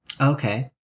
Okay